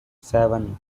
seven